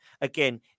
again